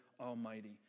Almighty